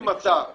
אני חושב ככה.